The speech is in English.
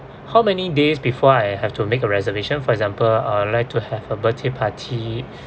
how many days before I have to make a reservation for example uh I would like to have a birthday party